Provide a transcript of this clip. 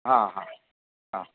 हा हा हा